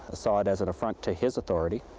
ah saw it as an affront to his authority.